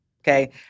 Okay